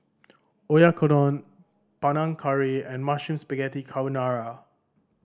Oyakodon Panang Curry and Mushroom Spaghetti Carbonara